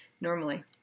normally